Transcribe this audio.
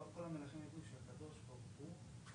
הוא אומר שהוא לא היה צריך להשתמש בכסף ואני